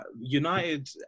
United